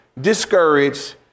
discouraged